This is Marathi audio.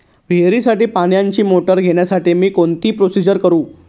विहिरीसाठी पाण्याची मोटर घेण्यासाठी मी कोणती प्रोसिजर करु?